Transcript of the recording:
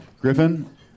Griffin